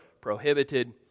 Prohibited